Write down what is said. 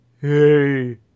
hey